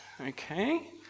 Okay